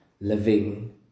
living